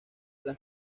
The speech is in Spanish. las